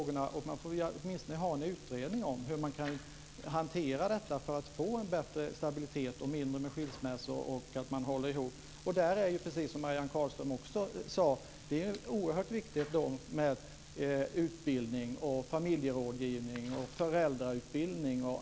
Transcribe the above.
Man får åtminstone göra en utredning om hur man kan hantera det för att få en bättre stabilitet, färre skilsmässor och få människor att hålla ihop. Det är precis som Marianne Carlström sade. Det är oerhört viktigt med utbildning, familjerådgivning och föräldrautbildning.